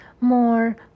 more